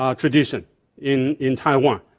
um tradition in in taiwan.